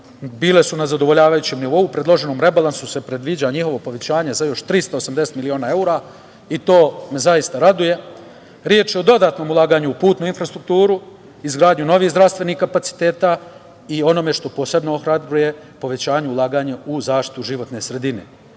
bile su na zadovoljavajućem nivou, predloženim rebalansom se predivđa njihovo povećanje za još 380 miliona evra i to me zaista raduje. Reč je o dodatnom ulaganju u putnu infrastrukturu, izgradnju novih zdravstvenih kapaciteta i, ono što posebno ohrabruje, povećanju ulaganja u zaštitu životne sredine.